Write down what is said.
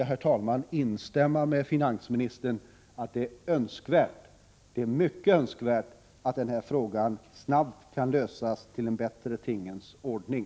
Jag vill därför instämma med finansministern i hans uttalande att det är mycket önskvärt att denna fråga snabbt kan lösas, så att vi får en bättre tingens ordning.